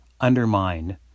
undermine